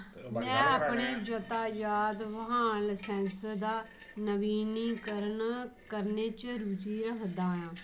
में अपने यातायात वाहन लसैंस दा नवीनीकरण करने च रुचि रखदा आं